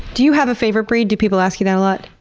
do you have a favorite breed? do people ask you that a lot?